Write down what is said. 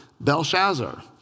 Belshazzar